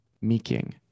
meeking